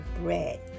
bread